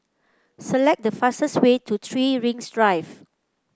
select the fastest way to Three Rings Drive